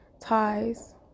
ties